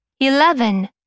eleven